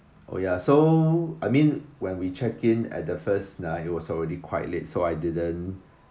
oh ya so I mean when we check in at the first night it was already quite late so I didn't